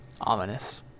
Ominous